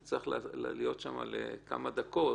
אני צריך להיות שם לכמה דקות